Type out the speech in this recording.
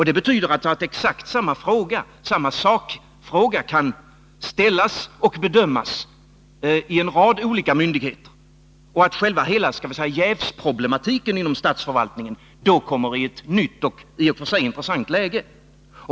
Det betyder alltså att exakt samma sakfråga kan ställas och bedömas i en rad olika myndigheter och att hela jävsproblematiken inom statsförvaltningen då. kommer i ett nytt och i och för sig intressant läge.